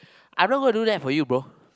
I'm not gonna do that for you bro